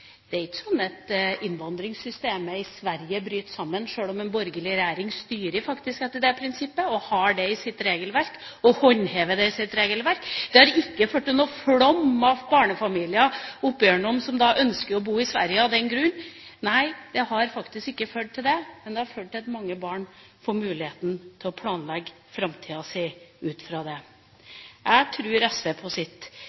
Det er ikke sånn at innvandringssystemet i Sverige bryter sammen sjøl om en borgerlig regjering faktisk styrer etter det prinsippet, har det i sitt regelverk og håndhever det. Det har ikke ført til noen flom av barnefamilier som ønsker å bo i Sverige. Nei, det har ikke ført til det, men det har ført til at mange barn får muligheten til å planlegge framtida si ut fra